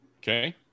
Okay